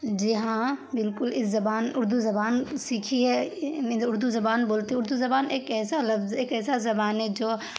جی ہاں بالکل اس زبان اردو زبان سیکھی ہے نہیں تو اردو زبان بولتے اردو زبان ایک ایسا لفظ ایک ایسا زبان ہے جو